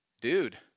dude